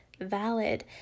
valid